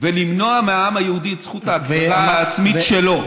ולמנוע מהעם היהודי את זכות ההגדרה העצמית שלו.